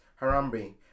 Harambe